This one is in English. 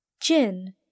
JIN